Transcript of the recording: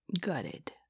Gutted